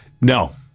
No